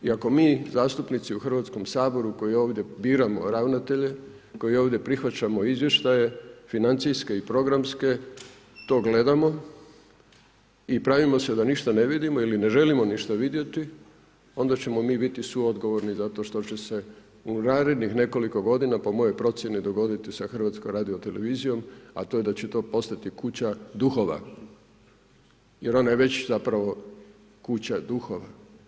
I ako mi zastupnici u Hrvatskom saboru koji ovdje biramo ravnatelje, koji ovdje prihvaćamo izvještaje financijske i programske to gledamo i pravimo se da ništa ne vidimo ili ne želimo ništa vidjeti, onda ćemo mi biti suodgovorni zato što će se u narednih nekoliko godina po mojoj procjeni dogoditi sa HRT-om a to da će to postati kuća duhova jer ona je već zapravo kuća duhova.